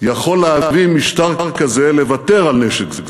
יכול להביא משטר כזה לוותר על נשק זה.